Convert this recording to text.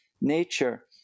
nature